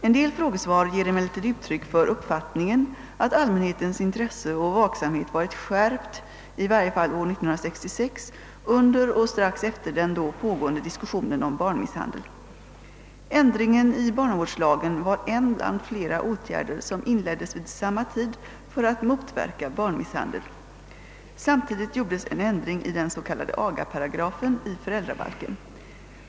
En del frågesvar ger emellertid uttryck för uppfattningen att allmänhetens intresse och vaksamhet varit skärpt i varje fall år 1966 under och strax efter den då pågående diskussionen om barnmisshandel. Ändringen i barnavårdslagen var en bland flera åtgärder som inleddes vid samma tid för att motverka barnmisshandel. Samtidigt gjordes en ändring i den s.k. agaparagrafen i föräldrabalken.